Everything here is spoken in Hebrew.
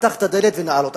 פתח את הדלת ונעל אותה.